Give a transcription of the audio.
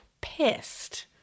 pissed